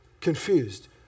confused